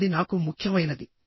అది నాకు ముఖ్యమైనది